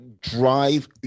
drive